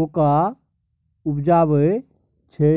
cocoa उपजाबै छै